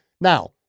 Now